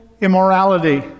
immorality